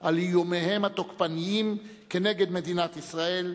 על איומיהם התוקפניים כנגד מדינת ישראל,